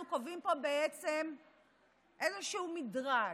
אנחנו קובעים פה בעצם איזשהו מדרג,